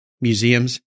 Museums